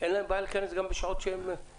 אין להם בעיה להיכנס גם בשעות של פעילות.